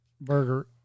burger